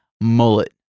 mullet